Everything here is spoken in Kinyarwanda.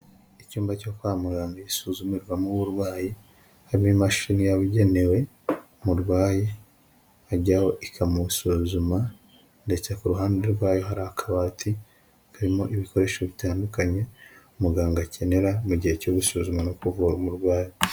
Icyumba cyo kwa muganga iyo usuzumirwamo uburwayi, hari imashini yabugenewe umurwayi ajyaho ikamusuzuma. Ndetse ku ruhande rwayo hari akabati karimo ibikoresho bitandukanye, umuganga akenera mu gihe cyo gusuzuma no kuvura umurwayi.